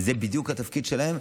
וזה בדיוק התפקיד שלהם.